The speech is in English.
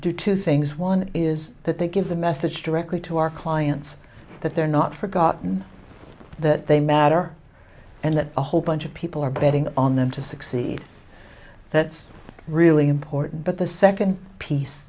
do two things one is that they give the message directly to our clients that they're not forgotten that they matter and that a whole bunch of people are betting on them to succeed that's really important but the second piece